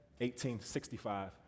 1865